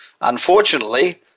Unfortunately